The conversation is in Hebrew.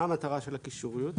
מה המטרה של הקישוריות?